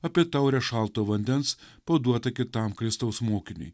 apie taurę šalto vandens paduotą kitam kristaus mokiniui